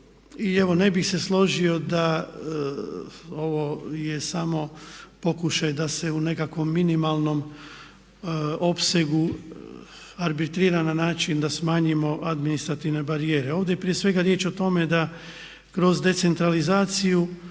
I evo ne bih se složio da ovo je samo pokušaj da se u nekakvom minimalnom opsegu arbitrira na način da smanjimo administrativne barijere. Ovdje je prije svega riječ o tome da kroz decentralizaciju